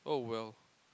oh well